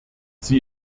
sie